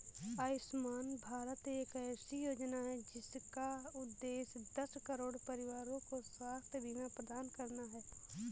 आयुष्मान भारत एक ऐसी योजना है जिसका उद्देश्य दस करोड़ परिवारों को स्वास्थ्य बीमा प्रदान करना है